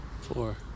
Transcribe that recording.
Four